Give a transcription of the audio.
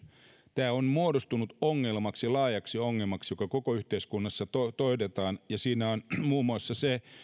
tämä on muodostunut laajaksi ongelmaksi joka koko yhteiskunnassa todetaan ja siinä on muun muassa se